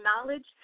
knowledge